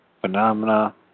phenomena